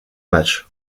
match